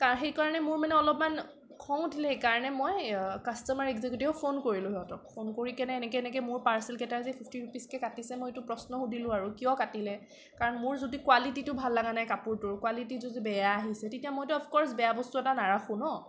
সেইকাৰণে মোৰ মানে অলপমান খঙো উঠিল সেইকাৰণে মই কাষ্টমাৰ এডজোকেটিভক ফোন কৰিলোঁ সিহঁতৰ ফোন কৰি কেনে এনেকৈ এনেকৈ মোৰ পাৰ্চেল কেইটাৰ যে ফিফ্টি ৰুপিজকৈ কাটিছে মই সেইটো প্ৰশ্ন সুধিলোঁ আৰু কিয় কাটিলে কাৰণ মোৰ যদি কোৱালিটিটো ভাল লগা নাই কাপোৰটোৰ কোৱালিটি যদি বেয়া আহিছে তেতিয়া মইতো অফকৰ্ছ মই বেয়া বস্তু এটা নাৰাখোঁ ন